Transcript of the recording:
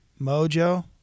mojo